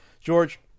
George